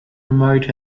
remote